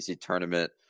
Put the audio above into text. tournament